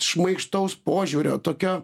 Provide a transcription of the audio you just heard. šmaikštaus požiūrio tokio